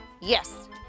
Yes